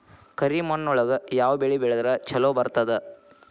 ಕರಿಮಣ್ಣೊಳಗ ಯಾವ ಬೆಳಿ ಬೆಳದ್ರ ಛಲೋ ಬರ್ತದ?